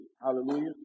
hallelujah